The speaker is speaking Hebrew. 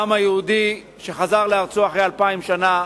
העם היהודי, שחזר לארצו לאחר אלפיים שנה,